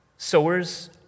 Sowers